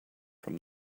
from